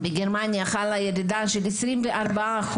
בגרמניה חלה ירידה של 24%,